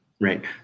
right